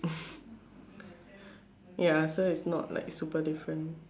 ya so it's not like super different